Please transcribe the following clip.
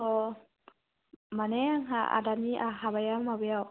अ माने आंहा आदानि हाबाया माबायाव